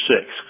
six